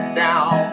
down